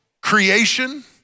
creation